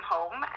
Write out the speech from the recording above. Home